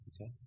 Okay